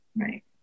Right